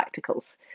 practicals